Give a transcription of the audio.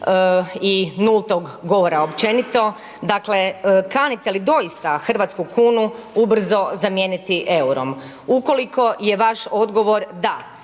i nultog govora općenito, dakle kanite li doista hrvatsku kunu ubrzo zamijeniti eurom? Ukoliko je vaš odgovor da,